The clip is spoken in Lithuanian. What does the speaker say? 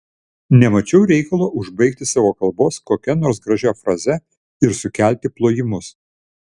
nemačiau reikalo užbaigti savo kalbos kokia nors gražia fraze ir sukelti plojimus